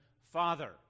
father